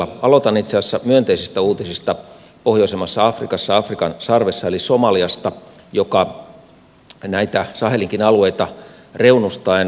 aloitan itse asiassa myönteisistä uutisista pohjoisemmasta afrikasta afrikan sarvesta eli somaliasta joka näitä sahelinkin alueita reunustaa